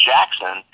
Jackson